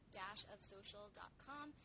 dashofsocial.com